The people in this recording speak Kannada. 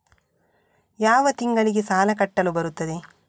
ಯಾವ ತಿಂಗಳಿಗೆ ಸಾಲ ಕಟ್ಟಲು ಬರುತ್ತದೆ?